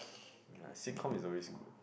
ya sitcom is always good